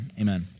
Amen